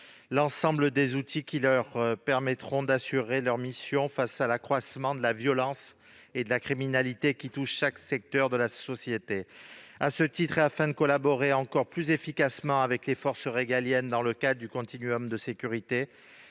l'ensemble des outils qui leur permettront d'assurer leurs missions face à l'accroissement de la violence et de la criminalité qui touche chaque secteur de la société. À ce titre, et afin que ces forces puissent collaborer encore plus efficacement avec les forces régaliennes dans le cadre du continuum de sécurité,